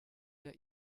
der